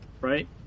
right